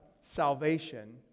salvation